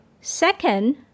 Second